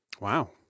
Wow